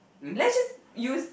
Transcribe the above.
let's just use